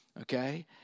Okay